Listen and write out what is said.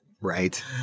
Right